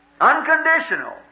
Unconditional